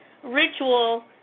Ritual